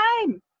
time